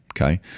okay